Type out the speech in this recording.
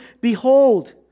Behold